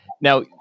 Now